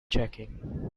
checking